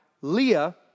Leah